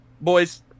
boys